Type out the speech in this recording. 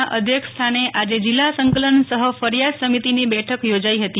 ના અધ્યક્ષસ્થાને આજે જિલ્લા સંકલન સહ ફરિયાદ સમિતિની બેઠક યોજાઇ હતી